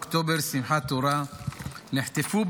התשפ"ד 2024 11 שר העבודה יואב בן